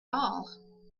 all